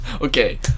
Okay